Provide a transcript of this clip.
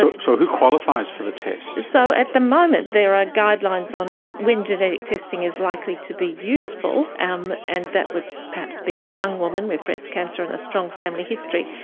ah so who qualifies for the test? so at the moment there are guidelines on when genetic testing is likely to be useful, and that would perhaps be a young woman with breast cancer and a strong family history,